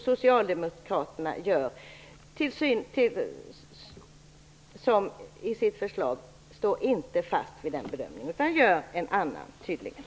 Socialdemokraterna står inte fast vid den bedömningen i sitt förslag, utan de gör tydligen en annan bedömning.